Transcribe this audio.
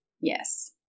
Yes